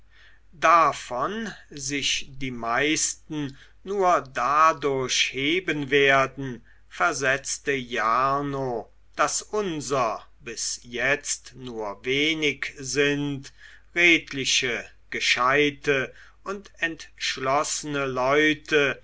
davon sich die meisten nur dadurch heben werden versetzte jarno daß unser bis jetzt nur wenig sind redliche gescheite und entschlossene leute